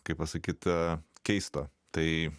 kaip pasakyta keista tai